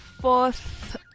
Fourth